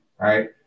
right